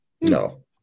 No